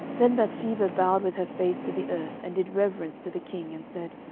then bathsheba bowed with her face to the earth, and did reverence to the king, and said,